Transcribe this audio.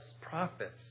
prophets